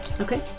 Okay